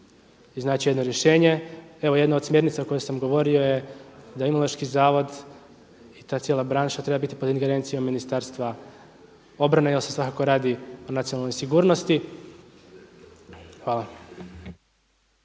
iznaći jedno rješenje. Evo jedna od smjernica o kojoj sam govorio je da Imunološki zavod i ta cijela branša treba biti pod ingerencijom Ministarstva obrane jer se svakako radi o nacionalnoj sigurnosti. Hvala.